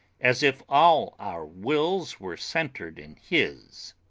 as if all our wills were centred in his.